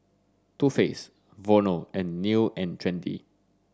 Too Faced Vono and New and Trendy